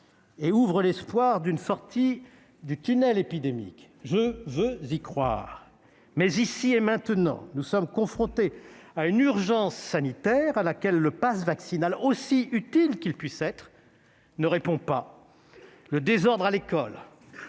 et ouvre l'espoir d'une sortie du tunnel épidémique. Je veux le croire ! Mais ici et maintenant, nous sommes confrontés à une urgence sanitaire à laquelle le passe vaccinal, aussi utile qu'il puisse être, ne répond pas. Le désordre à l'école,